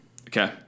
Okay